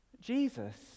Jesus